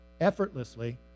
effortlessly